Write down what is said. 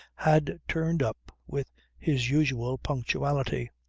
had turned up with his usual punctuality.